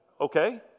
okay